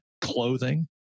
clothing